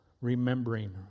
remembering